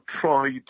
tried